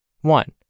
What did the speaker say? One